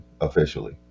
officially